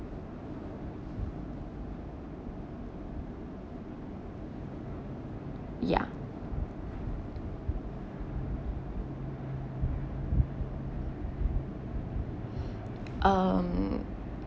ya um